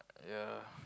yeah